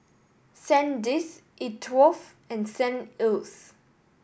Sandisk E Twow and St Ives